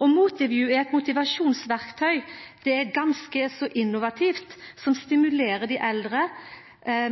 er eit motivasjonsverktøy som er ganske så innovativt. Det stimulerer dei eldre,